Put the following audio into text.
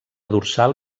dorsal